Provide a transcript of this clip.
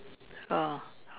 oh how